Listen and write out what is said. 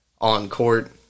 on-court